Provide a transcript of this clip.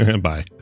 Bye